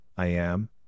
IAM